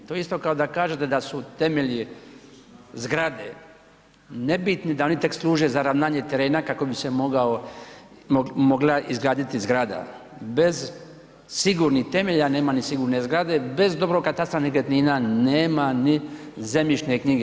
To je isto kao da kažete da su temelji zgrade nebitni da oni tek služe za ravnanje terena kako bi se mogao, mogla izgraditi zgrada bez sigurnih temelja nema ni sigurne zgrade, bez dobrog katastra nekretnina nema ni zemljišne knjige.